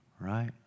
right